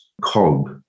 cog